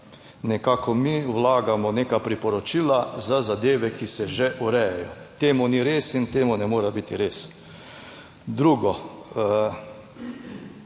nekako mi vlagamo neka priporočila za zadeve, ki se že urejajo. Temu ni res in temu ne more biti res. Drugo.